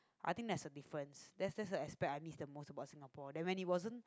I think there's a difference that's that's the aspect I miss the most about Singapore that when it wasn't